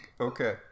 Okay